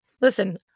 Listen